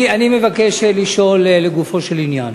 אני מבקש לשאול לגופו של עניין: